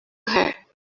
her